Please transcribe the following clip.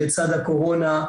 לצד הקורונה,